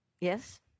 Yes